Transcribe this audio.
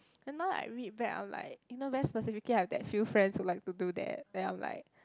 then now I read back I'm like you know very specifically I have that few friends who like to do that then I'm like